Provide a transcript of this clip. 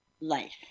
life